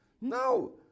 no